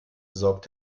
sorgt